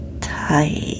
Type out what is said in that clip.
tight